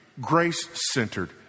grace-centered